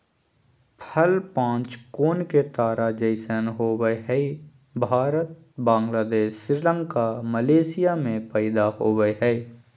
फल पांच कोण के तारा जैसन होवय हई भारत, बांग्लादेश, श्रीलंका, मलेशिया में पैदा होवई हई